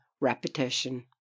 repetition